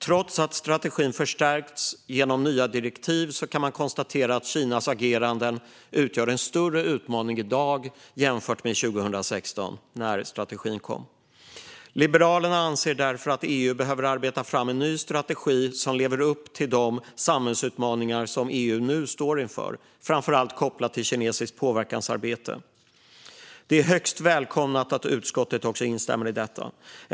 Trots att strategin förstärkts genom nya direktiv kan man konstatera att Kinas ageranden utgör en större utmaning i dag jämfört med 2016, när strategin kom. Liberalerna anser därför att EU behöver arbeta fram en ny strategi som lever upp till de samhällsutmaningar som EU nu står inför, framför allt kopplat till kinesiskt påverkansarbete. Det är högst välkommet att utskottet instämmer i detta.